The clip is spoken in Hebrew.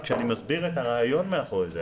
כשאני מסביר את הרעיון מאחורי זה,